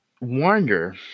wonder